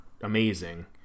amazing